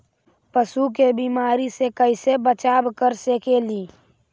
पशु के बीमारी से कैसे बचाब कर सेकेली?